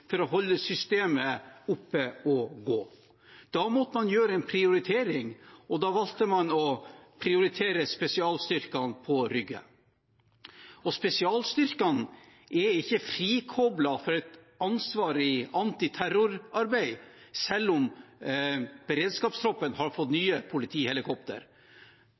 for å holde systemet oppe å gå. Da måtte man gjøre en prioritering, og da valgte man å prioritere spesialstyrkene på Rygge. Spesialstyrkene er ikke frikoblet fra et ansvar i antiterrorarbeid selv om Beredskapstroppen har fått nye